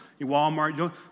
Walmart